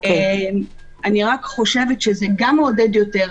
אני רק חושבת שזה מעודד יותר.